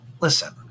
listen